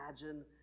imagine